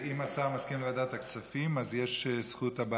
אם השר מסכים לוועדת הכספים,